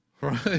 Right